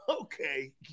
okay